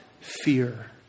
fear